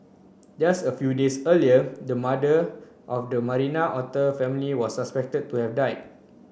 just a few days earlier the mother of the Marina otter family was suspected to have died